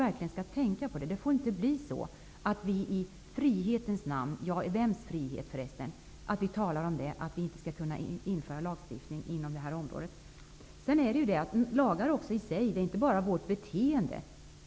Det får inte bli så att vi inte skall kunna stifta en lag på det här området i frihetens namn -- vems frihet förresten. Lagar i sig är normerande, inte bara vårt beteende.